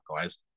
guys